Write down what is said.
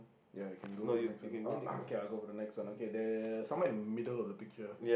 ya can go for the next one uh okay I'll go for the next one okay there somewhere in the middle of the picture